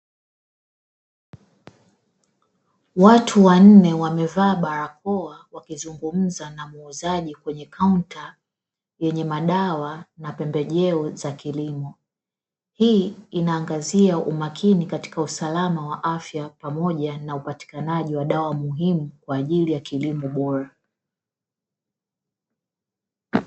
Watu wanne wamevaa barakoa wakizungumza na muuzaji kwenye kaunta yenye madawa na pembejeo za kilimo, hii inaangazia umakini katika usalama wa afya pamoja na upatikanaji wa dawa muhimu kwaajili ya kilimo bora.